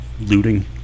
looting